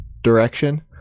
direction